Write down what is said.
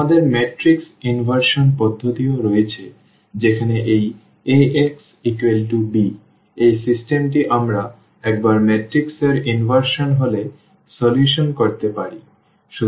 আমাদের matrix inversion পদ্ধতি ও রয়েছে যেখানে এই Ax b এই সিস্টেমটি আমরা একবার ম্যাট্রিক্স এর ইনভার্শন হলে সমাধান করতে পারি